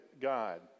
God